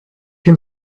can